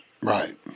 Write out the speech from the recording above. right